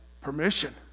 permission